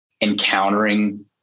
encountering